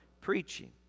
preaching